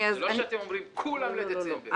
זה לא שאתם אומרים שכולם בדצמבר.